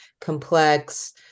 complex